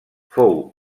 fou